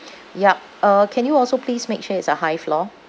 yup uh can you also please make sure it's a high floor